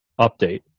update